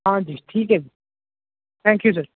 ਹਾਂਜੀ ਠੀਕ ਹੈ ਜੀ ਥੈਂਕ ਯੂ ਸਰ